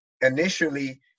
initially